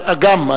גם,